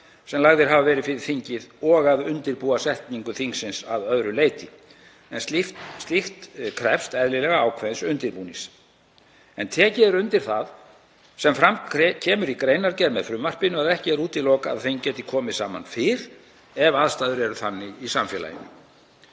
sem lagðir hafa verið fyrir þingið og undirbúa setningu þingsins að öðru leyti, en slíkt krefst eðlilega ákveðins undirbúnings. Tekið er undir það sem fram kemur í greinargerð með frumvarpinu að ekki er útilokað að þing gæti komið saman fyrr ef aðstæður eru þannig í samfélaginu.